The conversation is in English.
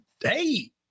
Hey